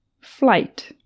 Flight